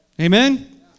Amen